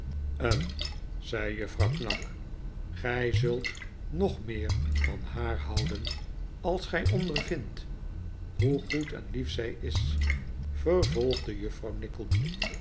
hm zei juffrouw knag gij zult nog meer van haar houden als gij ondervindt hoe goed en lief zij is vervolgde juffrouw